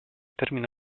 termino